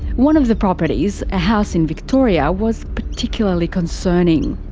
one of the properties, a house in victoria, was particularly concerning.